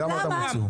למה?